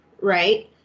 Right